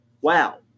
Wow